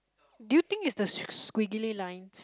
do you think is the s~ s~ squiggly lines